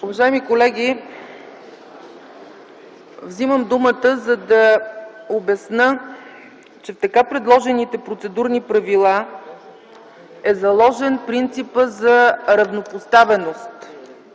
Уважаеми колеги, вземам думата, за да обясня, че в така предложените процедурни правила е заложен принципът за равнопоставеност.